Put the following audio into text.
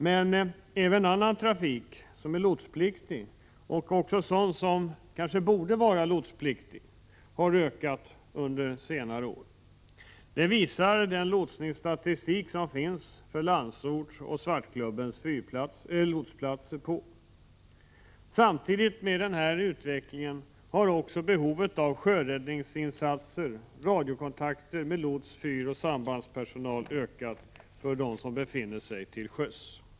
Men även annan trafik som är lotspliktig, och också sådan som kanske borde vara det, har ökat under senare år. Det visar lotsningsstatistiken för Landsorts och Svartklubbens lotsplatser. Samtidigt med denna utveckling har också behovet av sjöräddningsinsatser och radiokontakter med lots-, fyroch sambandspersonal för dem som befinner sig till sjöss ökat.